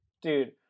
dude